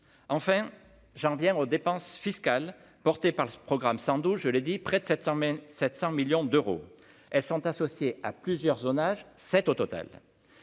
enfin j'en reviens aux dépenses fiscales, porté par le programme, sans doute, je l'ai dit, près de 700000 700 millions d'euros, elles sont associées à plusieurs zonage, 7 au total.